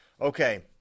Okay